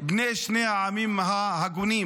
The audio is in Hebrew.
בני שני העמים ההגונים.